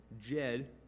Jed